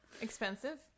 Expensive